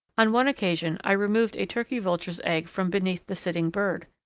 on one occasion i removed a turkey vulture's egg from beneath the sitting bird.